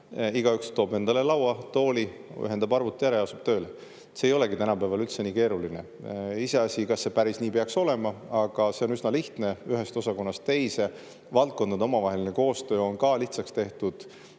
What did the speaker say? igaüks toob endale laua, tooli, ühendab arvuti ära ja asub tööle. See ei ole tänapäeval üldse nii keeruline. Iseasi, kas see päris nii peaks olema, aga see on üsna lihtne, [liikuda] ühest osakonnast teise. Valdkondade omavaheline koostöö on ka lihtsaks tehtud.